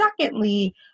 Secondly